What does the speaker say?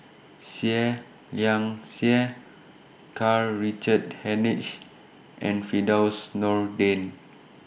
Seah Liang Seah Karl Richard Hanitsch and Firdaus Nordin